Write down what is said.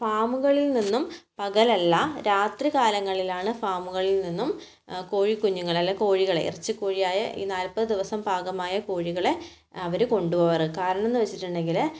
ഫാമുകളിൽ നിന്നും പകൽ അല്ല രാത്രി കാലങ്ങളിലാണ് ഫാമുകളിൽ നിന്നും കോഴി കുഞ്ഞുങ്ങളെ അല്ല കോഴികളെ എറച്ചി കോഴിയായ ഈ നാല്പത് ദിവസം പാകമായ കോഴികളെ അവർ കൊണ്ടുപോകാറ് കാരണം എന്ന് വെച്ചിട്ടുണ്ടെങ്കിൽ